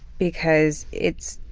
because it's